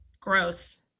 gross